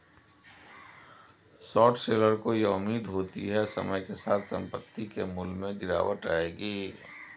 short seller को यह उम्मीद होती है समय के साथ संपत्ति के मूल्य में गिरावट आएगी